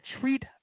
treat